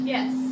Yes